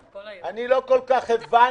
אני לא כל כך הבנתי.